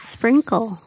Sprinkle